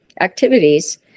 activities